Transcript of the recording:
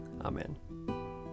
Amen